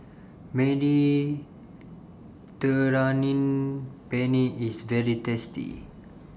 Mediterranean Penne IS very tasty